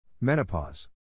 Menopause